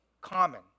common